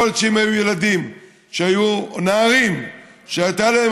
יכול להיות שאם היו ילדים או נערים שהייתה להם